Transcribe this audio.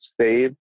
save